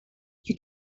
you